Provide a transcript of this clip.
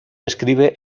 describe